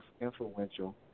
influential